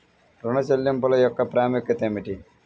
ఋణ చెల్లింపుల యొక్క ప్రాముఖ్యత ఏమిటీ?